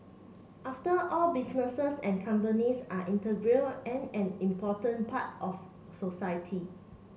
after all businesses and companies are integral and an important part of society